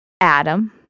Adam